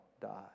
die